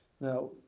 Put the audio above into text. Now